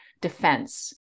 defense